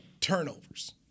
turnovers